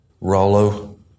Rollo